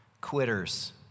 quitters